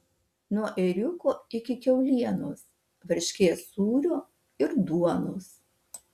nuo ėriuko iki kiaulienos varškės sūrio ir duonos